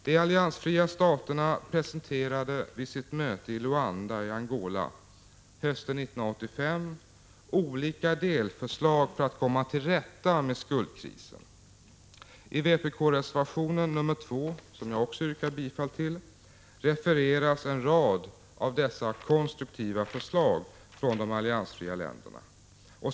De alliansfria staterna presenterade vid sitt möte i Luanda i Angola hösten 1985 olika delförslag för att komma till rätta med skuldkrisen. I vpkreservationen 2, som jag också yrkar bifall till, refereras en rad av dessa konstruktiva förslag från de alliansfria länderna.